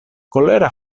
kolera